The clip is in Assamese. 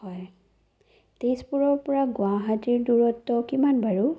হয় তেজপুৰৰপৰা গুৱাহাটীৰ দূৰত্ব কিমান বাৰু